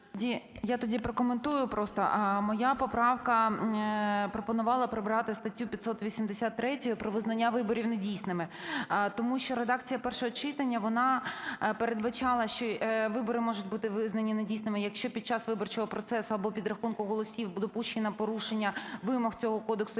Я тоді прокоментую просто. Моя поправка пропонувала прибрати статтю 583 про визнання виборів недійсними. Тому що редакція першого читання, вона передбачала, що вибори можуть бути визнані недійсними, якщо під час виборчого процесу або підрахунку голосів допущено порушення вимог цього кодексу,